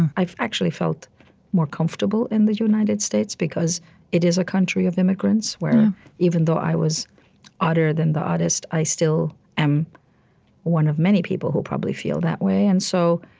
i've actually felt more comfortable in the united states because it is a country of immigrants, where even though i was odder than the oddest, i still am one of many people who probably feel that way and so,